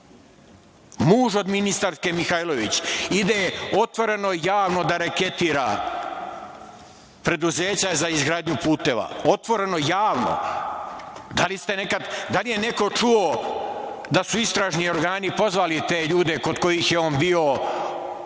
Muž od ministarke Mihajlović ide otvoreno, javno da reketira preduzeća za izgradnju puteva, otvoreno, javno. Da li je neko čuo da su istražni organi pozvali te ljude kod kojih je on bio da